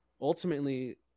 ultimately